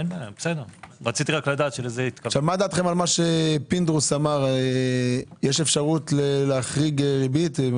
לגבי מה שפינדרוס אמר, יש אפשרות להחריג ריבית?